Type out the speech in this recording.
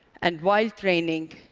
and while training,